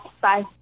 bye